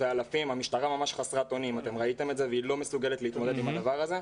המשטרה ממש חסרת אונים ולא מסוגלת להתמודד עם הדבר הזה.